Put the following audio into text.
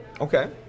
Okay